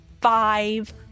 five